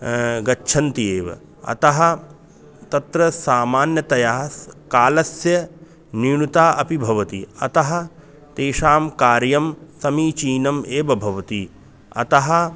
गच्छन्ति एव अतः तत्र सामान्यतया स् कालस्य न्यून्ता अपि भवति अतः तेषां कार्यं समीचीनम् एव भवति अतः